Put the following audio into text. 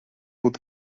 hagut